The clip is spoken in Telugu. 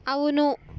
అవును